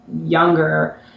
younger